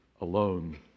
alone